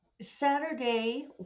Saturday